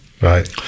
Right